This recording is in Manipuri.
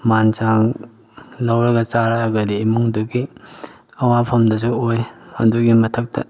ꯃꯥꯟ ꯆꯥꯡ ꯂꯧꯔꯒ ꯆꯥꯔꯛꯑꯒꯗꯤ ꯏꯃꯨꯡꯗꯨꯒꯤ ꯑꯋꯥꯐꯝꯗꯨꯁꯨ ꯑꯣꯏ ꯑꯗꯨꯒꯤ ꯃꯊꯛꯇ